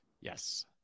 Yes